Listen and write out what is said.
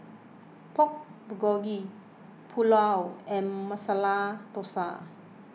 Pork Bulgogi Pulao and Masala Dosa